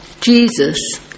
Jesus